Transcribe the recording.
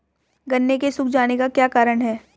गन्ने के सूख जाने का क्या कारण है?